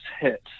hit